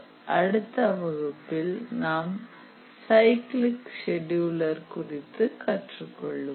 அடுத்த வகுப்பில் நாம் சைக்கிளிக் செடியுலர் குறித்து கற்றுக்கொள்வோம்